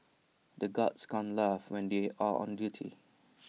the guards can't laugh when they are on duty